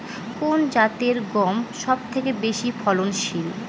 কোন জাতের গম সবথেকে বেশি ফলনশীল?